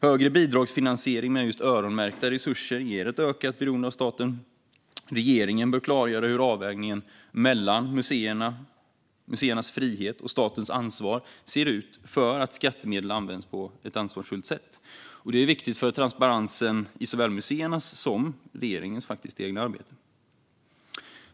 Högre bidragsfinansiering med öronmärkta resurser ger ett ökat beroende av staten. Regeringen bör klargöra hur avvägningen ser ut mellan museernas frihet och statens ansvar för att skattemedel används på ett ansvarsfullt sätt. Detta är viktigt för transparensen i såväl museernas som regeringens arbete.